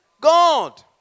God